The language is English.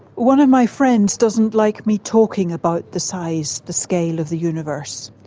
one of my friends doesn't like me talking about the size, the scale of the universe.